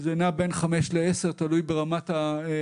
שזה נע בין 5 ל-10, תלוי ברמת הגמלה,